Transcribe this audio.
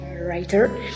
writer